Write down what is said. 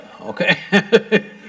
okay